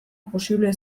posible